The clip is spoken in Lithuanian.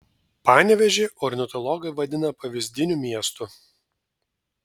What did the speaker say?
panevėžį ornitologai vadina pavyzdiniu miestu